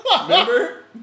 Remember